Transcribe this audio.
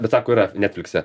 bet sako yra netflikse